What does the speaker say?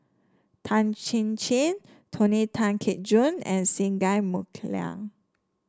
Tan Chin Chin Tony Tan Keng Joo and Singai Mukilan